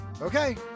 Okay